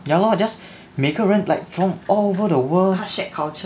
ya lor just 每个人 like from all over the world